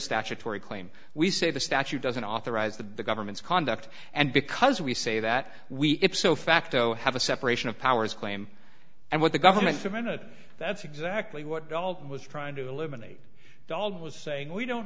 statutory claim we say the statute doesn't authorize the government's conduct and because we say that we if so facto have a separation of powers claim and what the government the minute that's exactly what galt was trying to eliminate dog was saying we don't